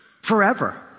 forever